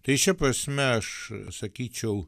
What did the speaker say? tai šia prasme aš sakyčiau